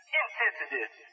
insensitive